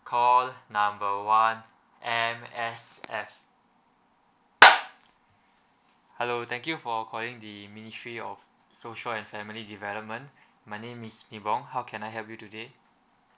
call number one M_S_F hello thank you for calling the ministry of social and family development my name is nippon how can I help you today